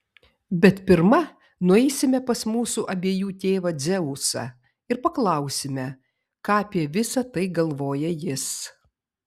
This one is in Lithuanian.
bet pirma nueisime pas mūsų abiejų tėvą dzeusą ir paklausime ką apie visa tai galvoja jis